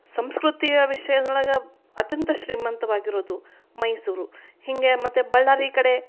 ಸಂಸ್ಕೃತಿಯ ವಿಷಯದೊಳಗ ಅತ್ಯಂತ ಶ್ರೀಮಂತವಾಗಿರೊದು ಮೈಸೂರು ಹಿಂಗೆ ಮತ್ತು ಬಳ್ಳಾರಿ ಕಡೆ